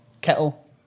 kettle